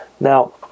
Now